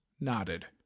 nodded